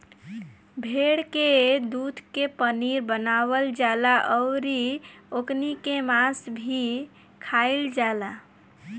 भेड़ के दूध के पनीर बनावल जाला अउरी ओकनी के मांस भी खाईल जाला